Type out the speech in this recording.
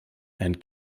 and